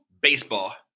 Baseball